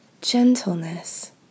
gentleness